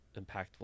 impactful